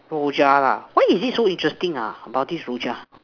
Rojak ah why is it so interesting ah about this Rojak